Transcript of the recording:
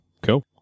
Cool